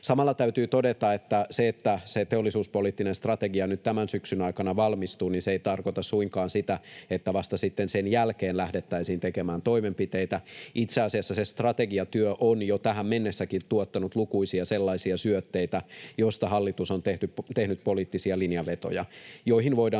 Samalla täytyy todeta, että se, että se teollisuuspoliittinen strategia nyt tämän syksyn aikana valmistuu, ei tarkoita suinkaan sitä, että vasta sitten sen jälkeen lähdettäisiin tekemään toimenpiteitä. Itse asiassa se strategiatyö on jo tähän mennessäkin tuottanut lukuisia sellaisia syötteitä, joista hallitus on tehnyt poliittisia linjavetoja, joihin voidaan